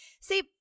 See